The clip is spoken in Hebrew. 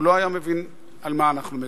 הוא לא היה מבין על מה אנחנו מדברים.